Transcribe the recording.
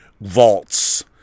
vaults